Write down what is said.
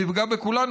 שיפגע בכולנו,